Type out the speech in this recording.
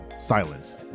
silence